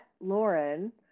Lauren